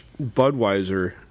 Budweiser